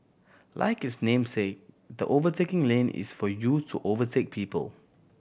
like its namesake the overtaking lane is for you to overtake people